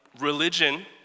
religion